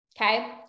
okay